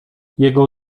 jego